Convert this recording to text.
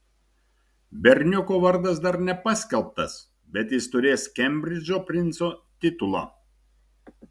berniuko vardas dar nepaskelbtas bet jis turės kembridžo princo titulą